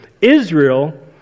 Israel